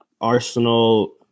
Arsenal